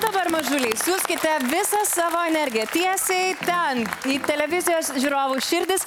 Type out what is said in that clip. dabar mažuliai siųskite visą savo energiją tiesiai ten į televizijos žiūrovų širdis